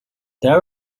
there